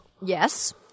Yes